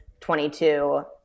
22